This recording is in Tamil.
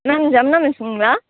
ஹலோ ஜமுனா மிஸ்ஸுங்களா